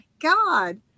god